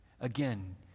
Again